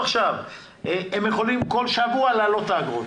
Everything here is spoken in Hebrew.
הם יכולים כל שבוע להעלות את האגרות.